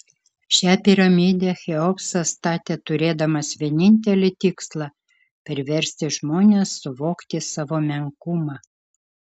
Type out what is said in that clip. šią piramidę cheopsas statė turėdamas vienintelį tikslą priversti žmones suvokti savo menkumą